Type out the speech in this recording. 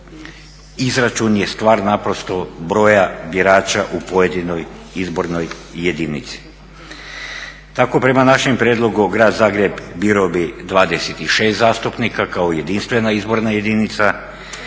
izračun je stvar naprosto broja birača u pojedinoj izbornoj jedinici. Tako prema našem prijedlogu Grad Zagreb birao bi 26 zastupnika kao jedinstvena izborna jedinica,